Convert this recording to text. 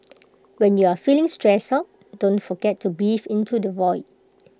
when you are feeling stressed out don't forget to breathe into the void